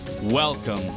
Welcome